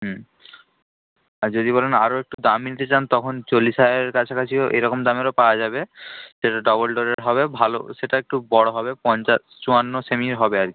হুম আর যদি বলেন আরও একটু দামি নিতে চান তখন চল্লিশ হাজারের কাছাকাছিও এরকম দামেরও পাওয়া যাবে সেটা ডবল ডোরের হবে ভালো সেটা একটু বড় হবে পঞ্চাশ চুয়ান্ন সেমির হবে আর কি